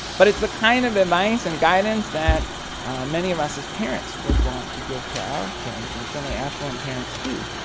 but it's the kind of advising, guidance that many of us as parents would want to give to our kids and certainly affluent parents do.